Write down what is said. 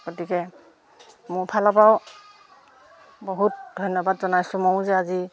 গতিকে মোৰ ফালৰ পৰাও বহুত ধন্যবাদ জনাইছোঁ ময়ো যে আজি